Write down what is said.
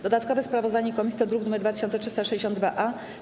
Dodatkowe sprawozdanie komisji to druk nr 2362-A.